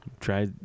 Try